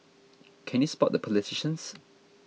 can you spot the politicians